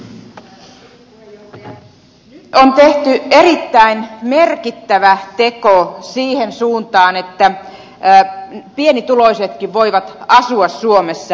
nyt on tehty erittäin merkittävä teko siihen suuntaan että pienituloisetkin voivat asua suomessa